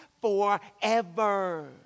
forever